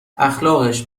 اخلاقش